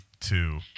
two